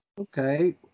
Okay